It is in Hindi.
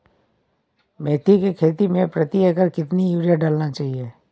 मेथी के खेती में प्रति एकड़ कितनी यूरिया डालना चाहिए?